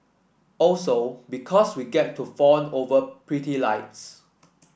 also because we get to fawn over pretty lights